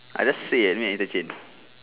I just say eh meet at interchange